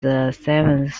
seventh